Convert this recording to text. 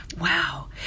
Wow